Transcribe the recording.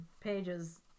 pages